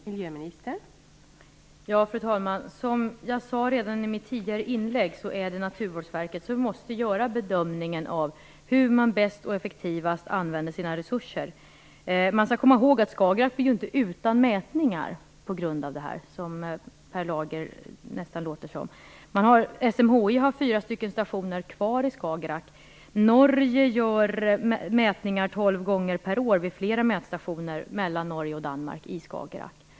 Fru talman! Som jag sade redan i mitt tidigare inlägg är det Naturvårdsverket som måste göra bedömningen av hur man bäst och effektivast använder sina resurser. Man skall komma ihåg att Skagerrak inte blir utan mätningar på grund av den här nedläggningen, som det nästan låter som om Per Lager menar. SMHI har fyra stationer kvar i Skagerrak. Norge gör mätningar 12 gånger per år vid flera mätstationer mellan Norge och Danmark i Skagerrak.